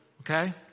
Okay